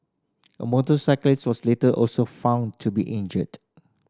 a motorcyclist was later also found to be injured